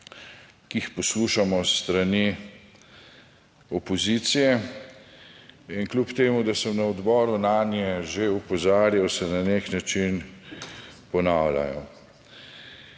ki jih poslušamo s strani opozicije in kljub temu, da sem na odboru nanje že opozarjal, se na nek način ponavljajo.